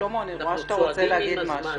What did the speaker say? שלמה, אני רואה שאתה רוצה להעיר משהו.